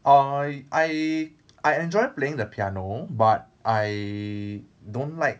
I I I enjoy playing the piano but I don't like